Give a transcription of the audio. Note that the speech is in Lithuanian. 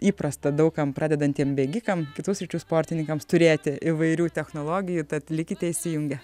įprasta daug kam pradedantiem bėgikam kitų sričių sportininkams turėti įvairių technologijų tad likite įsijungę